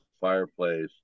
fireplace